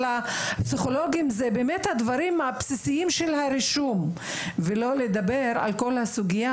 הפסיכולוגים זה באמת הדברים הבסיסיים של הרישום ולא לדבר על כל הסוגייה,